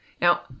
Now